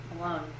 alone